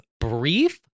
brief